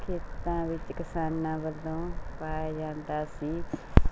ਖੇਤਾਂ ਵਿੱਚ ਕਿਸਾਨਾਂ ਵੱਲੋਂ ਪਾਇਆ ਜਾਂਦਾ ਸੀ